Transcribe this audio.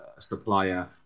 Supplier